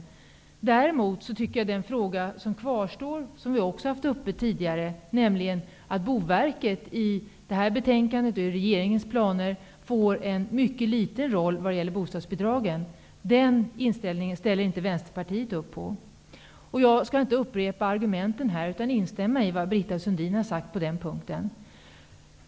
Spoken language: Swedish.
Däremot ställer Vänsterpartiet inte upp på inställningen i den fråga som kvarstår, som vi också har haft uppe tidigare, nämligen att Boverket i betänkandet och i regeringens planer får en mycket liten roll vad gäller bostadsbidragen. Jag skall inte upprepa argumenten, utan jag instämmer i det som Britta Sundin har sagt på den punkten.